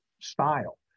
style